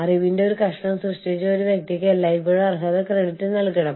B രാജ്യത്ത് നിന്നുള്ള ആളുകൾ Y സ്ഥാപനത്തിലേക്ക് വരുന്നു